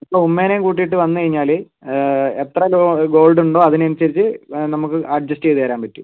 ഇപ്പോൾ ഉമ്മയിനേയും കൂട്ടിയിട്ട് വന്നു കഴിഞ്ഞാൽ എത്ര ഗോൾഡുണ്ടോ അതിനനുസരിച്ച് നമുക്ക് അഡ്ജസ്റ്റ് ചെയ്തു തരാൻ പറ്റും